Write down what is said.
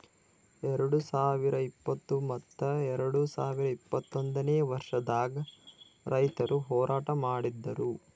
ಎರಡು ಸಾವಿರ ಇಪ್ಪತ್ತು ಮತ್ತ ಎರಡು ಸಾವಿರ ಇಪ್ಪತ್ತೊಂದನೇ ವರ್ಷದಾಗ್ ರೈತುರ್ ಹೋರಾಟ ಮಾಡಿದ್ದರು